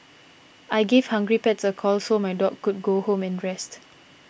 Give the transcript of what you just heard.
I gave Hungry Pets a call so my dog could go home and rest